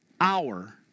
hour